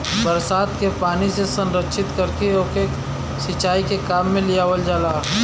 बरसात के पानी से संरक्षित करके ओके के सिंचाई के काम में लियावल जाला